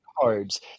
cards